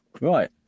Right